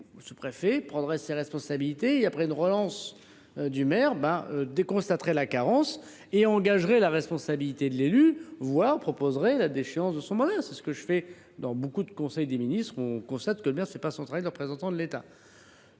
le préfet prendrait ses responsabilités : après relance du maire, il constaterait la carence et engagerait la responsabilité de l’édile, voire proposerait la déchéance de son mandat. C’est ce qui se passe au cours de nombreux conseils des ministres, lorsque nous constatons que le maire ne fait pas son travail de représentant de l’État.